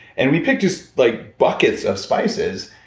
and we pick just like buckets of spices.